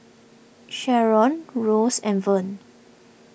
Sheron Rose and Vern